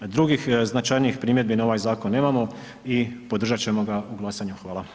Drugih značajnijih primjedbi na ovaj zakon nemamo i podržat ćemo ga u glasanju, hvala.